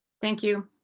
thank you.